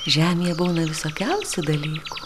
žemėje būna visokiausių dalykų